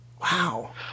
Wow